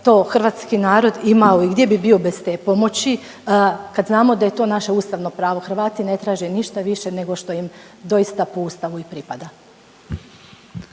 to hrvatski narod imao i gdje bi bio bez te pomoći kad znamo da je to naše ustavno pravo, Hrvati ne traže ništa više nego što im doista po Ustavu i pripada?